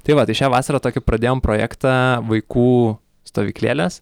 tai va tai šią vasarą tokį pradėjom projektą vaikų stovyklėlės